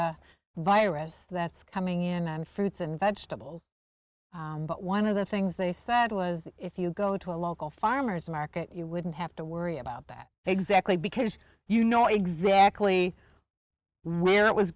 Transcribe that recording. a virus that's coming in and fruits and vegetables but one of the things they said was if you go to a local farmer's market you wouldn't have to worry about that exactly because you know exactly where it was